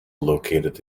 located